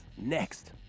next